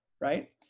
Right